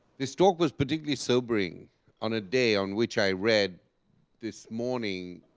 this talk was particularly sobering on a day on which i read this morning,